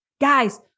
Guys